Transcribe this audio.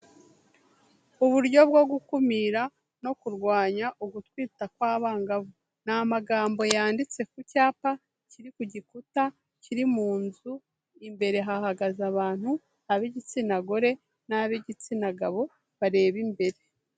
Uburyo bwo gukumira no kurwanya ugutwita kw'abangavu, ni amagambogambo yanditse ku cyapa kiri ku gikuta kiri mu nzu imbere hahagaze abantu ab'igitsina gore n'ab'igitsina gabo bareba imbere.